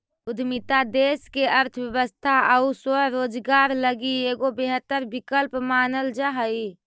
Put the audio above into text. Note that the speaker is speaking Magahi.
उद्यमिता देश के अर्थव्यवस्था आउ स्वरोजगार लगी एगो बेहतर विकल्प मानल जा हई